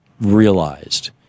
realized